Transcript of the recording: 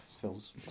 films